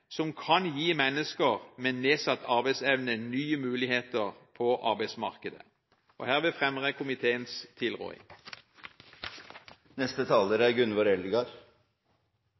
som kan gi mennesker med nedsatt arbeidsevne nye muligheter på arbeidsmarkedet. Hermed anbefaler jeg komiteens tilråding. «Mitt handikap er